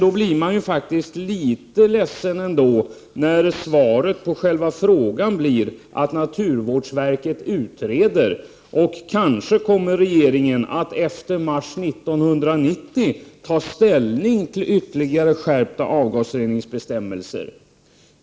Jag blir ändå litet ledsen när svaret på själva frågan blir att naturvårdsverket utreder och att regeringen kanske efter mars 1990 kommer att ta ställning till ytterligare skärpta avgasreningsbestämmelser.